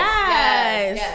Yes